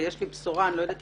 אני רק אומר לך שבינתיים,